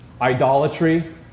idolatry